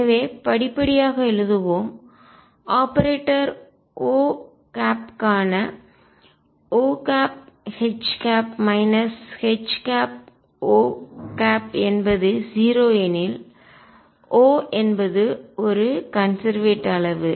எனவே படிப்படியாக எழுதுவோம் ஆபரேட்டர் O க்கான OH HO என்பது 0 எனில் O என்பது ஒரு கன்செர்வேட் அளவு